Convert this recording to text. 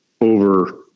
over